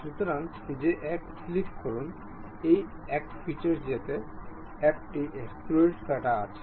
সুতরাং যে এক ক্লিক করুন এই এক ফিচার্স যেতে একটি এক্সট্রুড কাটা আছে